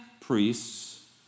priests